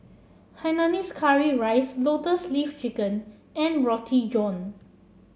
Hainanese Curry Rice Lotus Leaf Chicken and Roti John